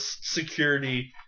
security